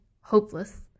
hopeless